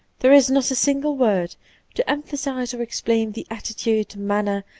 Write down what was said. there is not a single word to emphasize or explain the attitude, manner,